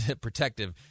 protective